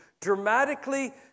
dramatically